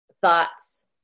thoughts